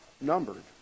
numbered